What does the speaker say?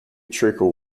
trickle